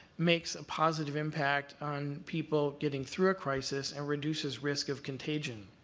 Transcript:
makes a positive impact on people getting through a crisis, and reduces risk of contagion.